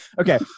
Okay